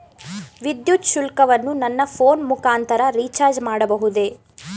ವಿದ್ಯುತ್ ಶುಲ್ಕವನ್ನು ನನ್ನ ಫೋನ್ ಮುಖಾಂತರ ರಿಚಾರ್ಜ್ ಮಾಡಬಹುದೇ?